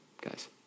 guys